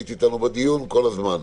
היית איתנו בדיון כל הזמן?